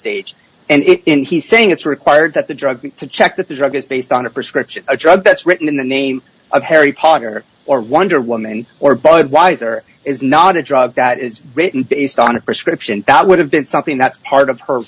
stage and it in he's saying it's required that the drug to check that the drug is based on a prescription drug that's written in the name of harry potter or wonder woman or budweiser is not a drug that is written based on a prescription that would have been something that's part of her